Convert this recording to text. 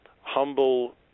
humble